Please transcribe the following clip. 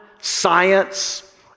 science